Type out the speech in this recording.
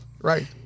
Right